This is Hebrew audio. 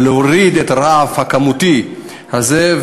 כדי להוריד את הרף הכמותי הזה,